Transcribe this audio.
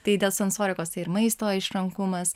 tai dėl sensorikos tai ir maisto išrankumas